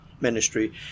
ministry